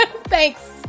Thanks